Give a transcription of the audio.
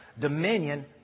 Dominion